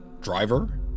driver